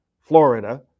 Florida